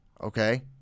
Okay